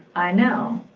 i know.